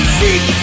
seek